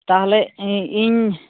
ᱛᱟᱦᱚᱞᱮ ᱤᱧ